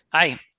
Hi